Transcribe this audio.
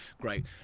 great